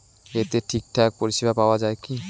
এতে ঠিকঠাক পরিষেবা পাওয়া য়ায় কি?